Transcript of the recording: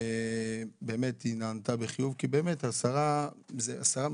באמת היא נענתה בחיוב כי באמת השרה מירב,